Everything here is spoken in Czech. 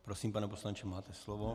Prosím, pane poslanče, máte slovo.